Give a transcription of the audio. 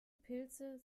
pilze